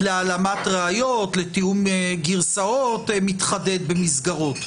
להעלמת ראיות, לתיאום גרסאות מתחדד במסגרות,